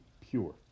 pure